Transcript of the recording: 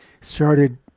started